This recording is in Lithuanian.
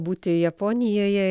būti japonijoje